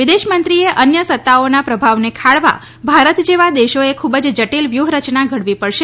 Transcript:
વિદેશમંત્રીએ અન્ય સત્તાઓના પ્રભાવને ખાળવા ભારત જેવા દેશોએ ખૂબ જ જટિલ વ્યુહરચના ઘડવી પડશે